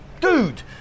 dude